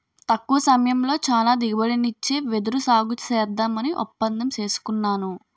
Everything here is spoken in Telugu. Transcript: తక్కువ సమయంలో చాలా దిగుబడినిచ్చే వెదురు సాగుసేద్దామని ఒప్పందం సేసుకున్నాను